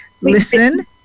listen